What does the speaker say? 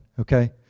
okay